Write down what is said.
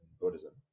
Buddhism